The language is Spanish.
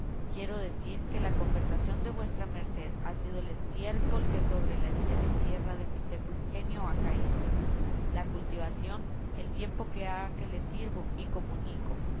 quiero decir que la conversación de vuestra merced ha sido el estiércol que sobre la estéril tierra de mi seco ingenio ha caído la cultivación el tiempo que ha que le sirvo y comunico